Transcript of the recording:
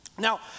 Now